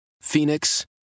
Phoenix